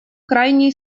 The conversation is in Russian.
крайний